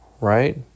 right